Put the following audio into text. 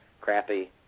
crappy